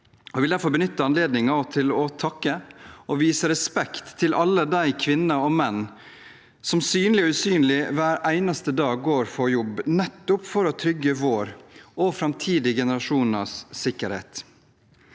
Jeg vil derfor benytte anledningen til å takke og vise respekt til alle de kvinner og menn som – synlig og usynlig – går på jobb hver eneste dag for nettopp å trygge vår og framtidig generasjoners sikkerhet.